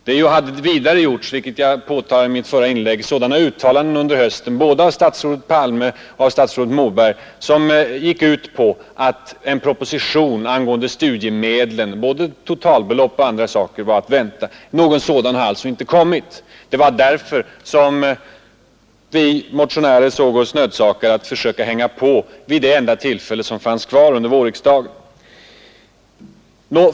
Det har vidare gjorts, vilket jag påtalade i mitt förra inlägg, uttalanden under hösten både av statsministern och av statsrådet Moberg som gick ut på att en proposition angående studiemedlen, beträffande både totalbelopp och andra saker, var att vänta. Någon sådan har inte kommit, och det var därför som vi motionärer såg oss nödsakade att försöka hänga på vid det enda tillfälle som fanns kvar under vårriksdagen.